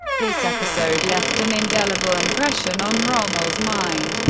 this episode left an indelible impression on rommel's mind,